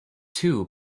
two